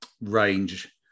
range